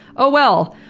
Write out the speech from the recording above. oh well!